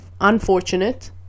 unfortunate